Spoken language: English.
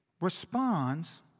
responds